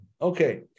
okay